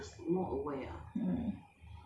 so sis feel that